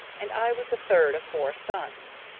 and i was the third of four sons.